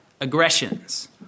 aggressions